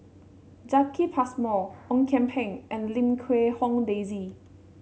Jacki Passmore Ong Kian Peng and Lim Quee Hong Daisy